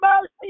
mercy